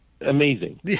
amazing